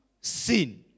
sin